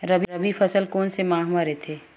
रबी फसल कोन सा माह म रथे?